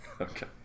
Okay